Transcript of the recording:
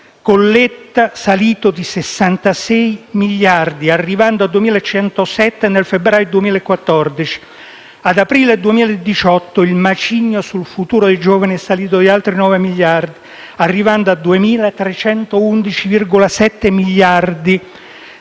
con Letta è salito di 66 miliardi, arrivando a 2.107 nel febbraio 2014; ad aprile 2018 il macigno sul futuro dei giovani è salito di altri 9 miliardi, arrivando a 2.311,7 miliardi